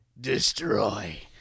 Destroy